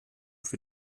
für